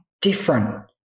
different